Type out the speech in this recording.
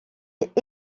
est